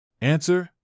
answer